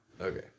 Okay